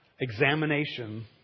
Examination